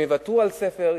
הם יוותרו על ספר,